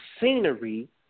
scenery